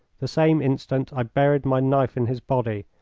the same instant i buried my knife in his body,